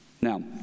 Now